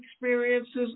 experiences